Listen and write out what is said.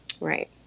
Right